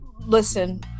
Listen